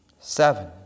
Seven